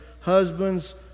Husbands